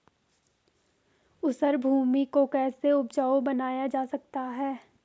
ऊसर भूमि को कैसे उपजाऊ बनाया जा सकता है?